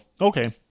okay